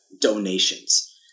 donations